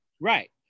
right